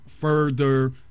further